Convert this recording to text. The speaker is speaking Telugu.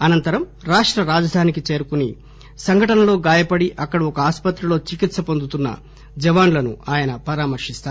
అనంతరం రాష్ట రాజధానికి చేరుకుని సంఘటనలో గాయపడి అక్కడి ఒక ఆసుపత్రిలో చికిత్స పొందుతున్న జవాన్లను పరామర్పిస్తారు